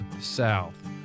South